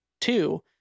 two